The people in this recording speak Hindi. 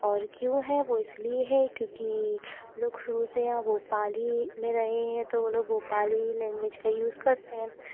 और क्यों है वो इस लिए है क्योंकि लोग शुरू से भोपाल ही मे रहे है तो भोपाली ही लैंग्वेज का यूज़ करते है